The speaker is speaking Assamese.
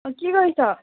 অ কি কৰিছ